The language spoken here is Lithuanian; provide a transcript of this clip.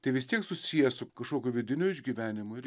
tai vis tiek susiję su kažkokiu vidiniu išgyvenimu ir